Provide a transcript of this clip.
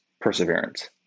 perseverance